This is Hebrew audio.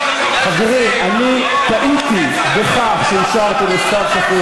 חייב, ואישרת את זה.